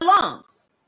lungs